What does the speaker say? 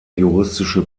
juristische